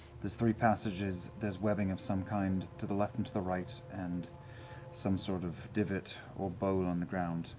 there's three passages, there's webbing of some kind to the left and to the right, and some sort of divot or bowl on the ground.